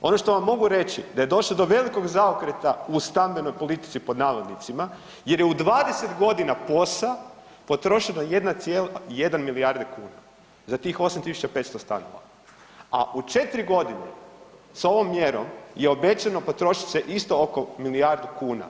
Ono što vam mogu reći da je došlo do velikog zaokreta u stambenoj politici pod navodnicima jer je u 20.g. POS-a potrošeno jedna milijarda kuna za tih 8.500 stanova, a u 4.g. s ovom mjerom je obećano potrošit se isto oko milijardu kuna.